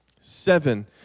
Seven